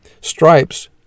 stripes